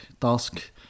task